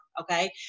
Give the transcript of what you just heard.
okay